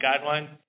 guidelines